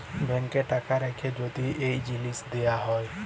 ব্যাংকে টাকা রাখ্যে যদি এই জিলিস দিয়া হ্যয়